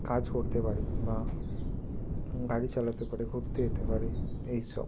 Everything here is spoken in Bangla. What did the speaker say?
কাজ করতে পারে বা গাড়ি চালাতে পারে ঘুরতে যেতে পারে এই সব